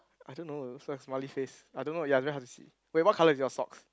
I don't know it looks like a smiley face I don't know ya is very hard to see wait what colour is your socks